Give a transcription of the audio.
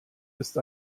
ist